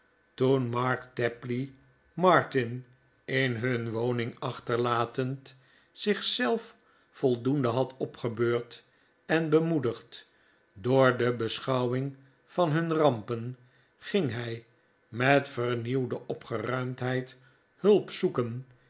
toen mark tapley martin in hun woning achterlatend zich zelf voldoende had opgebeurd en bemoedigd door de beschouwing van hun rampen ging hij met vernieuwde opgeruimdheid hulp zoeken